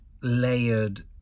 layered